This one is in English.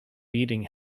eating